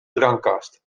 drankkast